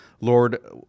Lord